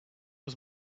was